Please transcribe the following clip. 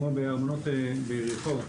כמו בארמונות ביריחו,